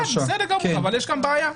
יש בעיה.